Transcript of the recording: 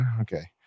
okay